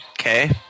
Okay